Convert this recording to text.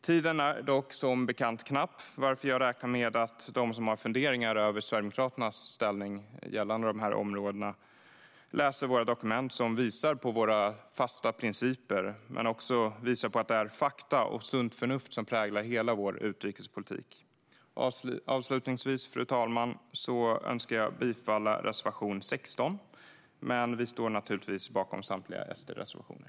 Tiden är dock som bekant knapp, varför jag räknar med att de som har funderingar över Sverigedemokraternas inställning gällande dessa områden läser våra dokument, som visar våra fasta principer och även att det är fakta och sunt förnuft som präglar hela vår utrikespolitik. Avslutningsvis, fru talman, yrkar jag bifall till reservation 16. Men jag står naturligtvis bakom samtliga SD-reservationer.